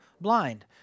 blind